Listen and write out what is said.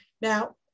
Now